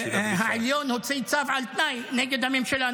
והעליון הוציא צו על תנאי נגד הממשלה,